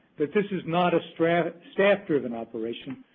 that this is not a staff staff driven operation,